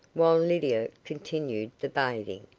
while lydia continued the bathing,